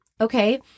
okay